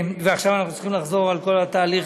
ועכשיו אנחנו צריכים לחזור על כל התהליך